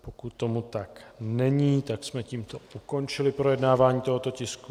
Pokud tomu tak není, tak jsme tímto ukončili projednávání tohoto tisku.